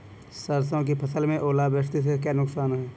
सरसों की फसल में ओलावृष्टि से क्या नुकसान है?